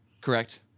Correct